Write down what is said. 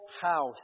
house